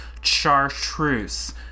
chartreuse